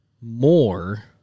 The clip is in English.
more